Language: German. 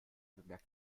bemerkt